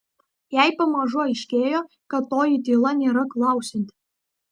jai pamažu aiškėjo kad toji tyla nėra klausianti